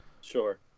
Sure